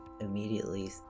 immediately